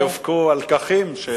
אני מקווה שיופקו הלקחים.